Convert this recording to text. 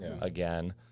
again